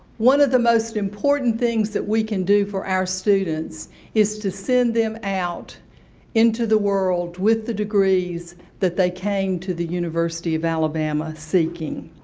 one of the most important things that we can do for our students is to send them out into the world with the degrees that they came to the university of alabama seeking.